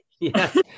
Yes